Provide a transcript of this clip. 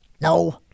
No